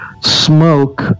smoke